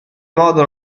modo